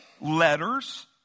letters